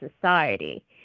society